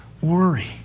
worry